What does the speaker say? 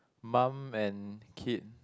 mum and kid